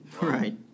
Right